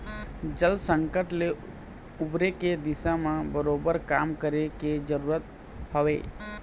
जल संकट ले उबरे के दिशा म बरोबर काम करे के जरुरत हवय